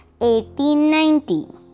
1890